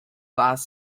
last